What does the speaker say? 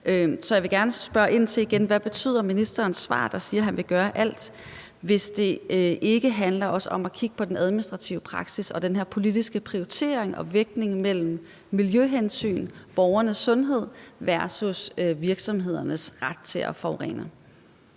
Så jeg vil gerne spørge igen: Hvad betyder ministerens svar, hvor han siger, han vil gøre alt, hvis det ikke også handler om at kigge på den administrative praksis og den her politiske prioritering og vægtningen af miljøhensyn og borgernes sundhed versus virksomhedernes ret til at forurene?